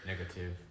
Negative